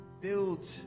build